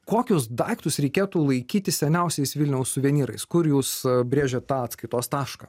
kokius daiktus reikėtų laikyti seniausiais vilniaus suvenyrais kur jūs brėžiat tą atskaitos tašką